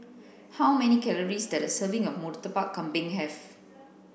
how many calories does a serving of Murtabak Kambing have